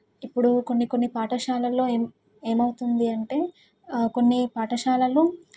ఇప్పుడు కొన్ని కొన్ని పాఠశాలల్లో ఏం ఏమవుతుందీ అంటే కొన్ని పాఠశాలల్లో